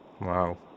Wow